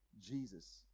Jesus